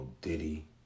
Diddy